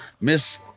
Miss